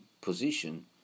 position